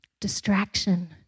Distraction